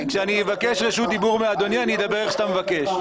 כשאבקש רשות דיבור מאדוני, אדבר איך שאתה מבקש.